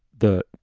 the,